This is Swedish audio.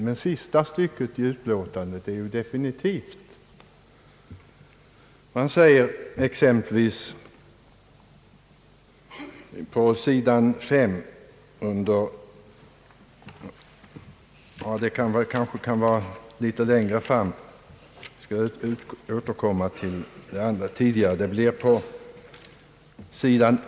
Det sista stycket i utlåtandet ger dock ett definitivt svar. Tidigare i utlåtandet säger utskottet med början på sid.